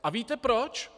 A víte proč?